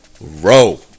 Row